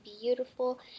beautiful